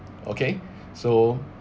okay so